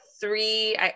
three